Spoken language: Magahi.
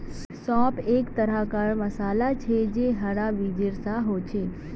सौंफ एक तरह कार मसाला छे जे हरा बीजेर सा होचे